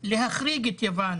להחריג את יוון